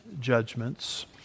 judgments